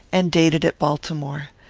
and dated at baltimore.